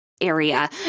area